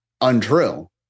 untrue